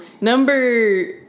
Number